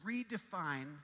redefine